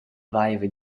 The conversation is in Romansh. vaiva